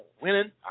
winning